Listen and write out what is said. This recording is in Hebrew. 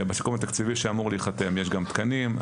בסיכום התקציבי שאמור להיחתם יש גם תקנים.